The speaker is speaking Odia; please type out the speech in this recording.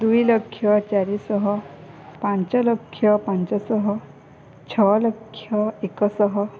ଦୁଇ ଲକ୍ଷ ଚାରିଶହ ପାଞ୍ଚଲକ୍ଷ ପାଞ୍ଚଶହ ଛଅ ଲକ୍ଷ ଏକଶହ